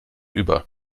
über